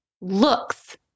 looks